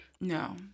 No